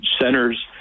centers